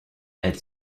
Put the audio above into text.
elle